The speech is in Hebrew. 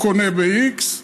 הוא קונה ב-x,